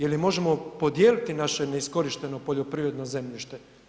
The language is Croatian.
Je li možemo podijeliti naše neiskorišteno poljoprivredno zemljište?